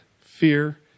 fear